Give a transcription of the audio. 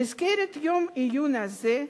במסגרת יום העיון הזה,